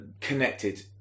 connected